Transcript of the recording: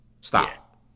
Stop